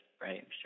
right